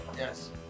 Yes